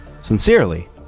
Sincerely